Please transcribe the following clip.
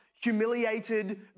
humiliated